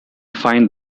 find